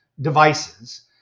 devices